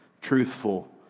truthful